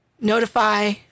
notify